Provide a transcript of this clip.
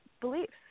beliefs